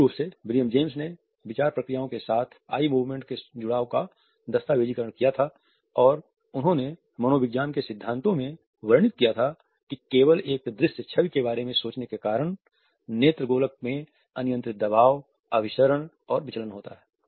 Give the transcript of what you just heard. मूल रूप से विलियम जेम्स ने विचार प्रक्रियाओं के साथ ऑई मूवमेंट्स के जुड़ाव का दस्तावेजीकरण किया था और उन्होंने मनोविज्ञान के सिद्धांतों में वर्णित किया था कि केवल एक दृश्य छवि के बारे में सोचने के कारण नेत्रगोलक में अनियंत्रित दबाव अभिसरण और विचलन होता है